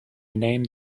name